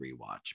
rewatch